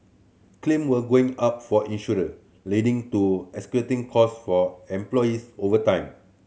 claim were going up for insurer leading to escalating costs for employers over time